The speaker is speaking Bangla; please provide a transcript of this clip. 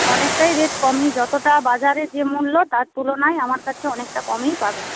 অনেকটাই রেট কমই যতটা বাজারে যে মূল্য তার তুলনায় আমার কাছে অনেকটা কমেই পাবেন